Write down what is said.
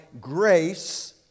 grace